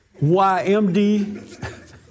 YMD